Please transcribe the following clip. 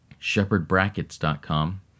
shepherdbrackets.com